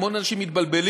המון אנשים מתבלבלים.